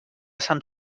sant